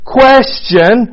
question